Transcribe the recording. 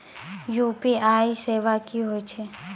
UPI सेवा की होय छै?